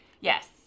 Yes